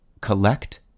collect